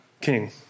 king